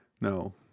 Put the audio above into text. No